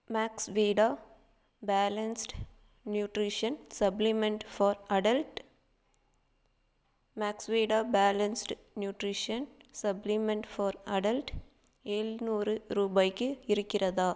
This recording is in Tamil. Maxvida balanced nutrition supplement for adult Maxvida balanced nutrition supplement for adult எழுநூறு ரூபாய்க்கு இருக்கிறதா